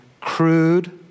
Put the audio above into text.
crude